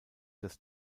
das